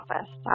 office